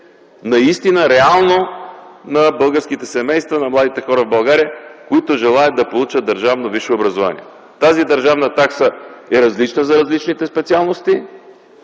по силите на българските семейства, на младите хора в България, които желаят да получат държавно висше образование. Тази държавна такса е различна за различните специалности,